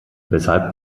weshalb